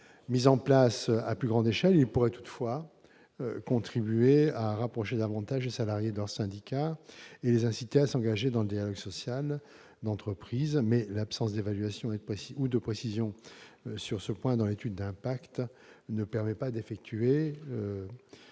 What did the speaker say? Mis en place sur une plus grande échelle, ce dispositif pourrait toutefois contribuer à rapprocher davantage les salariés de leurs syndicats et les inciter à s'engager dans le dialogue social d'entreprise. Toutefois, l'absence d'évaluation ou de précisions sur ce point dans l'étude d'impact oblige à s'en tenir